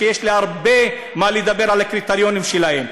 ויש לי הרבה מה לומר על הקריטריונים שלהם.